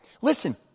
Listen